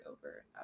over